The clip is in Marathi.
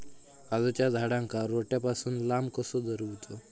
काजूच्या झाडांका रोट्या पासून लांब कसो दवरूचो?